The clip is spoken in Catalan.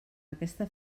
aquesta